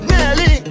Nelly